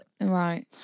right